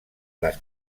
les